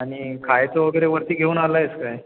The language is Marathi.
आणि खायचं वगैरे वरती घेऊन आला आहेस काय